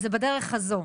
אז זה בדרך הזו.